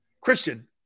Christian